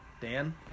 dan